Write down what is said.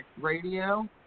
Radio